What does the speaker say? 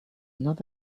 not